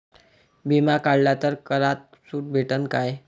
बिमा काढला तर करात सूट भेटन काय?